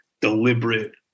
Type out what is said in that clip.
deliberate